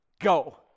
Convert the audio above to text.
go